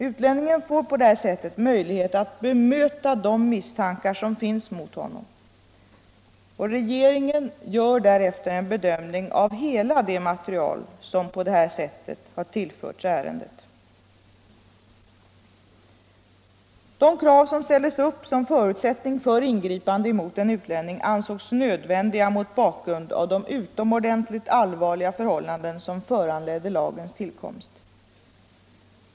Utlänningen får på så sätt möjlighet att bemöta de misstankar som finns mot honom. Regeringen gör därefter en bedömning av hela det material som på detta sätt har tillförts ärendet. De krav som ställdes upp som förutsättning för ingripande mot en utlänning ansågs nödvändiga mot bakgrund av de utomordentligt allvarliga förhållanden som föranledde lagens tillkomst.